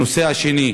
הנושא השני,